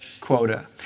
quota